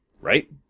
Right